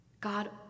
God